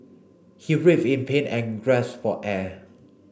he writhed in pain and gasped for air